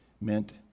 meant